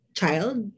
child